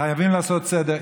חייבים לעשות סדר.